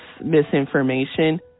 misinformation